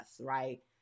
right